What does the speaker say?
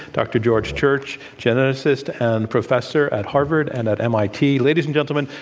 dr. george church, geneticist and professor at harvard and at mit. ladies and gentlemen,